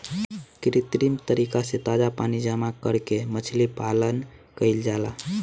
कृत्रिम तरीका से ताजा पानी जामा करके मछली पालन कईल जाला